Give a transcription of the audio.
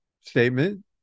statement